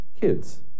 kids